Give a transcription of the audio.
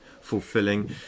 fulfilling